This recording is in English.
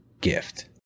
gift